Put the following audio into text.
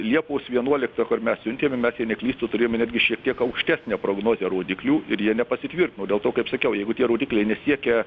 liepos vienuoliktą kol mes siuntėme mes jei neklystu turėjome netgi šiek tiek aukštesnę prognozę rodiklių ir jie nepasitvirtino dėl to kaip sakiau jeigu tie rodikliai nesiekia